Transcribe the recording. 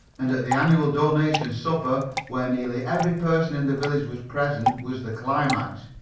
and at the annual donation supper, where nearly every person in the village was present, was the climax.